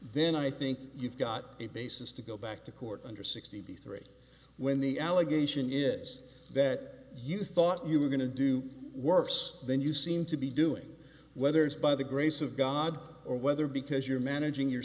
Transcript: then i think you've got a basis to go back to court under sixty three when the allegation is that you thought you were going to do worse than you seem to be doing whether it's by the grace of god or whether because you're managing your